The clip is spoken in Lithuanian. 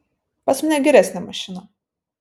pas mane geresnė mašina